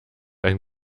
ein